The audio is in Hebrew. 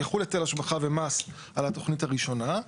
יחול היטל השבחה ומס על התוכנית הראשונה,